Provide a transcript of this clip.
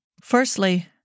Firstly